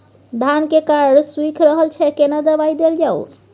धान के कॉर सुइख रहल छैय केना दवाई देल जाऊ?